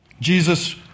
Jesus